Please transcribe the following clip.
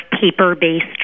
paper-based